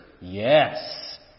Yes